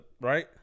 right